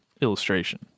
illustration